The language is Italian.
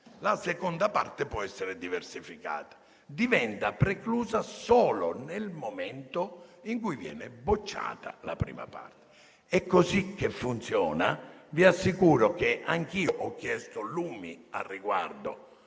la seconda parte può essere diversificata. Diventa preclusa la seconda parte solo nel momento in cui viene bocciata la prima. È così che funziona. Vi assicuro che anch'io ho chiesto lumi al riguardo